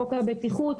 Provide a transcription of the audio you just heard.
חוק הבטיחות.